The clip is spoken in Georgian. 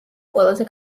ყველაზე